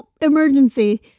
emergency